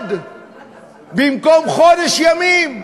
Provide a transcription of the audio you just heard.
בלבד במקום חודש ימים,